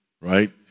right